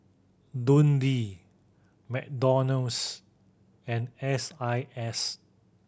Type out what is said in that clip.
Dundee McDonald's and S I S